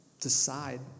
decide